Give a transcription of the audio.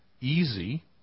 easy